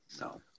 no